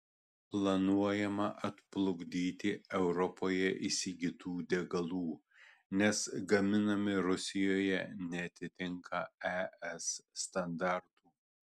planuojama atplukdyti europoje įsigytų degalų nes gaminami rusijoje neatitinka es standartų